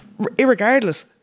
irregardless